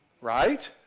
right